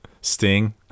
Sting